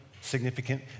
significant